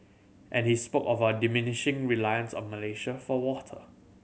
and he spoke of our diminishing reliance on Malaysia for water